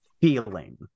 feeling